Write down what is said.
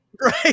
Right